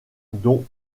dont